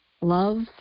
love